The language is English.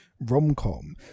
rom-com